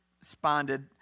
responded